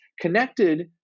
connected